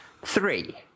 Three